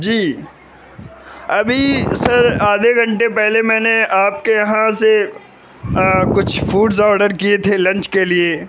جی ابھی سر آدھے گھنٹے پہلے میں نے آپ کے یہاں سے کچھ فوڈس آڈر کیے تھے لنچ کے لیے